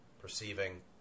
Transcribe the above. perceiving